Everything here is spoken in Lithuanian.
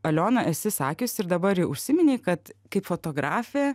aliona esi sakius ir dabar užsiminei kad kaip fotografė